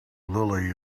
lily